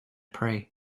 prix